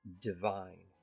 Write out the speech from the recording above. divine